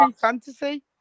fantasy